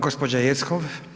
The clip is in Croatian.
Gđa. Jeckov.